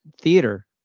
theater